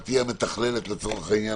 את תהיי המתכללת לצורך העניין,